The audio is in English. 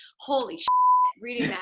holy sht reading that.